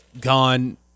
Gone